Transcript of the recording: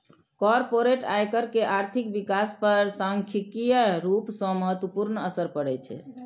corporate आयकर के आर्थिक विकास पर सांख्यिकीय रूप सं महत्वपूर्ण असर पड़ै छै